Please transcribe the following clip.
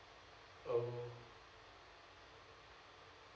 oh